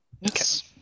Yes